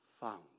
found